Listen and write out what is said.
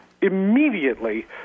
immediately